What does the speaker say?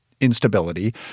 instability